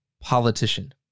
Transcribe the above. politician